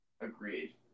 Agreed